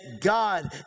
God